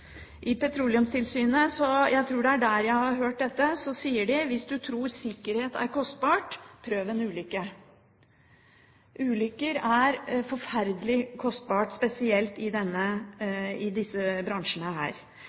I Petroleumstilsynet – jeg tror det er der jeg har hørt dette – sier de: Hvis du tror sikkerhet er kostbart, prøv en ulykke! Ulykker er forferdelig kostbart, spesielt i disse bransjene.